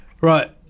right